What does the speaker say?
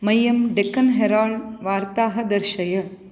मह्यं डेक्कन् हेराल्ड् वार्ताः दर्शय